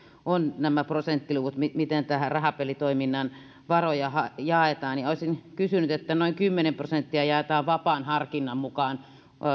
on nämä prosenttiluvut miten miten rahapelitoiminnan varoja jaetaan olisin kysynyt kun noin kymmenen prosenttia jaetaan vapaan harkinnan mukaan